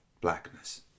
blackness